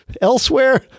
elsewhere